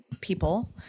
people